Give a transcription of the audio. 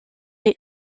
est